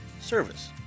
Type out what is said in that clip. service